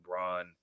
LeBron